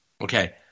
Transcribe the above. Okay